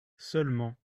seulement